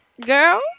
Girl